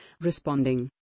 Responding